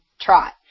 trot